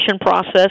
process